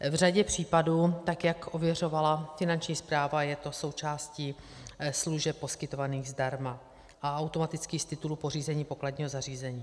V řadě případů, jak ověřovala Finanční správa, je to součástí služeb poskytovaných zdarma a automaticky z titulu pořízení pokladního zařízení.